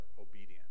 obedient